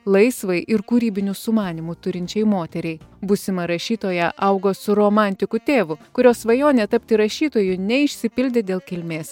laisvai ir kūrybinių sumanymų turinčiai moteriai būsima rašytoja augo su romantiku tėvu kurio svajonė tapti rašytoju neišsipildė dėl kilmės